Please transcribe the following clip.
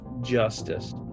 Justice